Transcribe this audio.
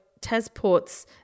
Tasports